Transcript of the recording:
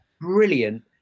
brilliant